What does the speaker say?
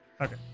Okay